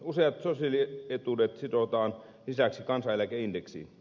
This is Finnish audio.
useat sosiaalietuudet sidotaan lisäksi kansaneläkeindeksiin